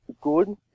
good